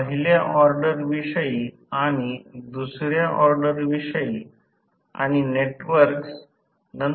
तर हे हे जास्तीत जास्त उर्जा आउटपुट दिसेल आता सर्व जरी जास्तीत जास्त शक्ती दर्शवेल की इंडक्शन मशीन साठी काय बदलत नाही